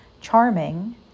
charming